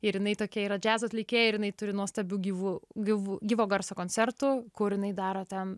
ir jinai tokia yra džiazo atlikėja ir jinai turi nuostabių gyvų gyvų gyvo garso koncertų kur jinai daro ten